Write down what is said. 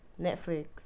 netflix